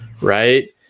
right